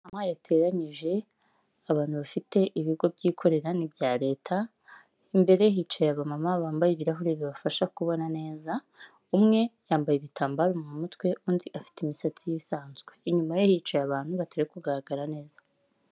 Wakwizigamira ukoresheje Giti banki bitewe n'uko umutekano w'amafaranga wawe uba wizewe ijana ku ijana. Tandukana n'ibindi bigo by'imari bigusaba kuzana ingwate kugira biguhe inguzanyo kuko aha ntibihaba.